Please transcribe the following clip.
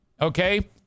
Okay